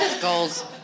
goals